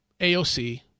AOC